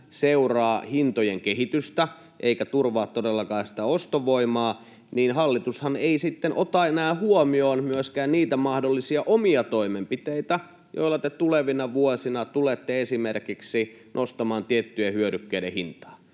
seuraa hintojen kehitystä eikä turvaa todellakaan sitä ostovoimaa, niin hallitushan ei sitten ota enää huomioon myöskään niitä mahdollisia omia toimenpiteitä, joilla te tulevina vuosina tulette esimerkiksi nostamaan tiettyjen hyödykkeiden hintaa.